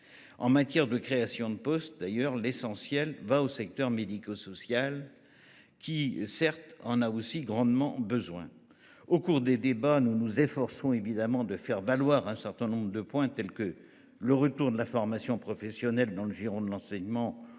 En matière de création de postes, l’essentiel va au secteur médico social, qui, certes, en a grandement besoin. Au cours du débat, nous nous efforcerons de faire valoir un certain nombre de points, tels que le retour de la formation professionnelle dans le giron de l’enseignement